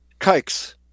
kikes